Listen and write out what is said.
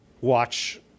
watch